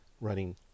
running